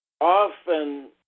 often